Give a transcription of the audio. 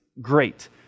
great